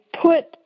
put